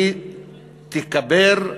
היא תיקבר,